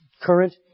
Current